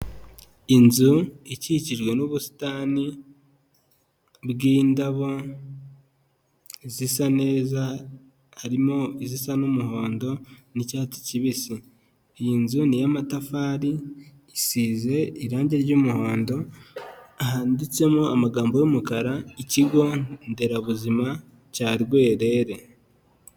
Inzu ikikijwe n'ubusitani bw'indabo zisa neza, harimo izisa n'umuhondo n'icyatsi kibisi, iyi nzu ni iy'amatafari, isize irangi ry'umuhondo, handitsemo amagambo y'umukara, ikigo nderabuzima cya Rwerere.